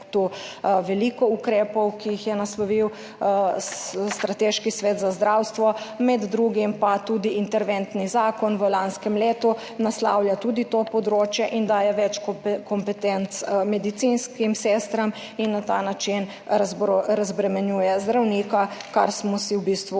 veliko ukrepov, ki jih je naslovil Strateški svet za zdravstvo, med drugim tudi interventni zakon v lanskem letu naslavlja tudi to področje in daje več kompetenc medicinskim sestram in na ta način razbremenjuje zdravnika, kar smo si v bistvu vsi